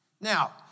Now